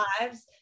lives